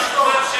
מה תשתוק?